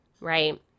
Right